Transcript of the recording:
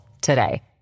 today